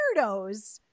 weirdos